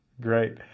Great